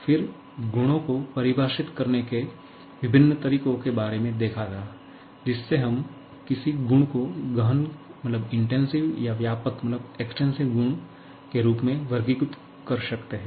फिर गुणों को परिभाषित करने के विभिन्न तरीकों के बारे में देखा था जिससे हम किसी गुण को गहन या व्यापक गुण के रूप में वर्गीकृत कर सकते हैं